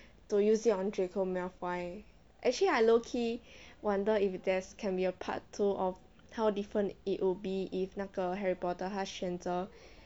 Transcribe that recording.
to use it on draco malfoy actually I lowkey wonder if there can be a part two of how different it would be if 那个 harry potter 他选择